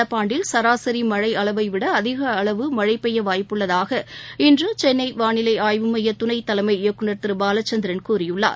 நடப்பாண்டில் சராசரி மழை அளவை விட அதிக அளவு மழை பெய்ய வாய்ப்புள்ளதாக சென்னை வானிலை ஆய்வு மைய துணை தலைமை இயக்குநர் திரு பாலச்சந்திரன் கூறியுள்ளார்